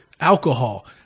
alcohol